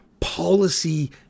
Policy